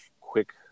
quick